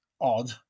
odd